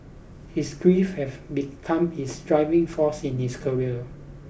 his grief have become his driving force in his career